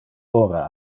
ora